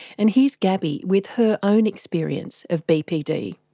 and here's gabby with her own experience of bpd.